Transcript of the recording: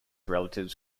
relatives